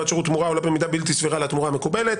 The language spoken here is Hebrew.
בעד שירות תמורה העולה במידה בלתי סבירה על התמורה המקובלת.